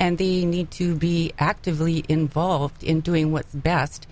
and the need to be actively involved in doing what's best